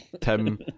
Tim